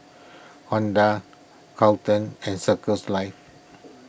Honda Carlton and Circles Life